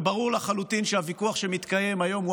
וברור לחלוטין שהוויכוח שמתקיים היום הוא